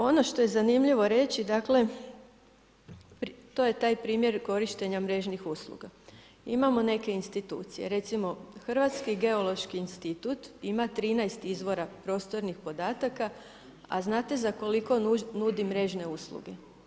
Ono što je zanimljivo reći to je taj primjer korištenja mrežnih usluga, imamo neke institucije, recimo Hrvatski geološki institut ima 13 izvora prostornih podataka, a znate za koliko nudi mrežne usluge?